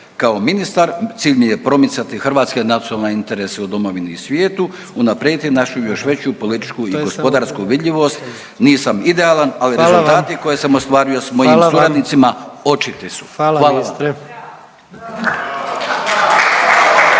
Kao ministar cilj mi je promicati hrvatske nacionalne interese u domovini i svijetu, unaprijediti našu još veću politiku i gospodarsku vidljivost, nisam idealan ali rezultati …/Upadica: Hvala vam./… koje sam ostvario s mojim suradnicima …/Upadica: Hvala vam./… očiti su. Hvala